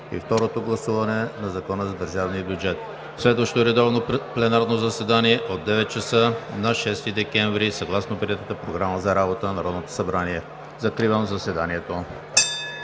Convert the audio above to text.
и второто гласуване на Закона за държавния бюджет. Следващото редовно пленарно заседание е от 9,00 ч. на 6 декември 2019 г. съгласно приетата Програма за работа на Народното събрание. Закривам заседанието.